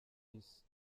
isi